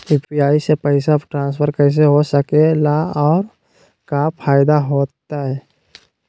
UPI से पैसा transfer कैसे हो सके ला और का फायदा होएत?